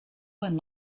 and